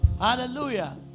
Hallelujah